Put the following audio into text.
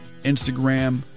Instagram